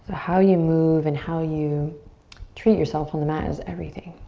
how you move and how you treat yourself on the mat is everything.